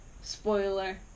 spoiler